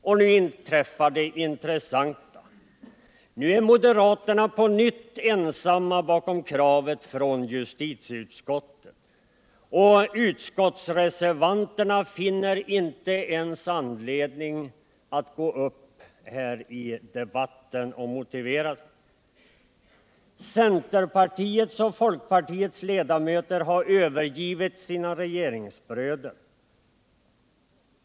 Och nu inträffar det intressanta: nu är moderaterna på nytt ensamma bakom kravet från justitieutskottet, och reservanterna finner inte ens anledning att gå upp här i debatten och motivera sitt ställningstagande. Centerpartiets och folkpartiets ledamöter har övergivit sina regeringsbröder.